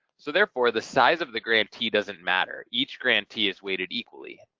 so therefore the size of the grantee doesn't matter, each grantee is weighted equally.